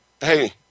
Hey